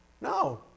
No